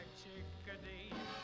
chickadee